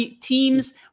Teams